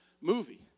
movie